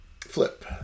Flip